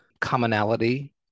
commonality